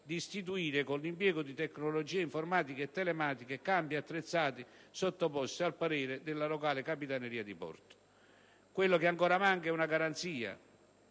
di istituire, con l'impiego di tecnologie informatiche e telematiche, campi attrezzati sottoposti al parere della locale Capitaneria di porto. Quella che ancora manca è una garanzia